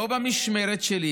לא במשמרת שלי.